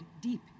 deep